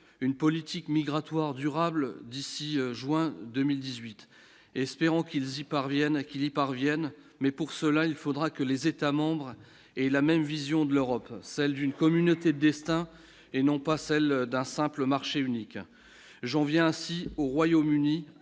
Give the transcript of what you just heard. une politique migratoire durable d'ici juin 2018, espérons qu'ils y parviennent à qu'il y parvienne, mais pour cela il faudra que les États-membres et la même vision de l'Europe, celle d'une communauté de destin et non pas celle d'un simple marché unique j'viens ainsi au Royaume-Uni,